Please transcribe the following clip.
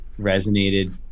resonated